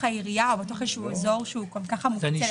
העירייה או בתוך איזשהו אזור שהוא גם ככה מוקצה לטובת הציבור.